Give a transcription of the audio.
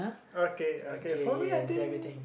okay okay for me I think